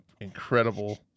incredible